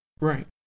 Right